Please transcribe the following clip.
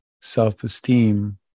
self-esteem